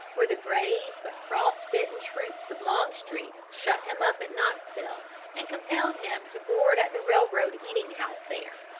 where the brave but frost-bitten troops of longstreet shut him up at knoxville and compelled him to board at the railroad eating-house there.